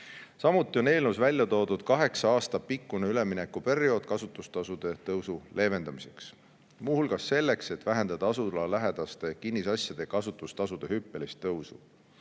Samuti on eelnõus välja toodud kaheksa aasta pikkune üleminekuperiood kasutustasude tõusu leevendamiseks, muu hulgas selleks, et vähendada asulalähedaste kinnisasjade kasutustasude hüppelist tõusu.